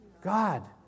God